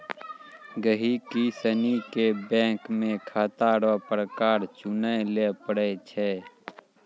गहिकी सनी के बैंक मे खाता रो प्रकार चुनय लै पड़ै छै